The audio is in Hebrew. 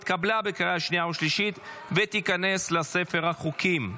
התקבלה בקריאה השנייה והשלישית ותיכנס לספר החוקים.